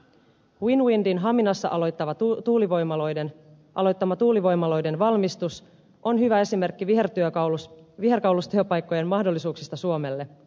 winwindin haminassa aloittama tuulivoimaloiden valmistus on hyvä esimerkki viherkaulustyöpaikkojen mahdollisuuksista suomelle